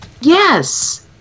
yes